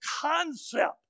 concept